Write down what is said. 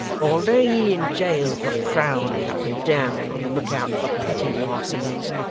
or lay ye in jail for prowling up and down, on the look-out for petty larcenies,